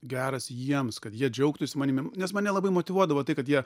geras jiems kad jie džiaugtųsi manimi nes mane labai motyvuodavo tai kad jie